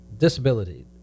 disability